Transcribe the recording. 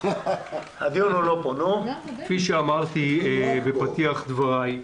כפי שאמרתי בפתח דבריי,